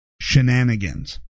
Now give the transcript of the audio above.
shenanigans